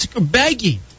begging